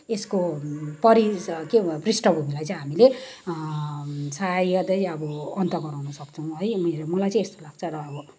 यसको परि के पृष्ठभूमिलाई चाहिँ हामीले सायदै अब अन्त गराउन सक्छौँ है अनि मलाई चाहिँ यस्तो लाग्छ र अब